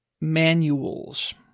manuals